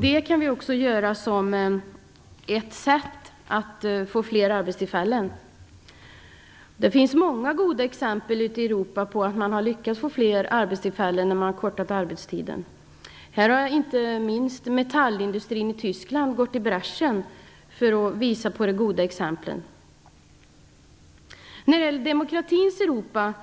Det kan vi även göra som ett sätt att få fler arbetstillfällen. Det finns ute i Europa många goda exempel på att man har lyckats få fler arbetstillfällen genom kortad arbetstid. Inte minst metallindustrin i Tyskland har gått i bräschen för att visa på goda exempel här. När det gäller demokratins Europa